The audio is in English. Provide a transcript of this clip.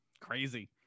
Crazy